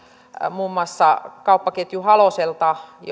muun muassa kauppaketju haloselta